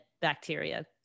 bacteria